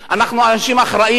אנחנו אנשים אחראיים.